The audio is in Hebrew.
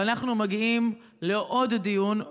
ואנחנו מגיעים לעוד דיון,